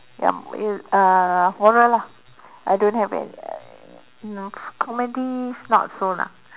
ya uh horror lah I don't have uh um comedy not so lah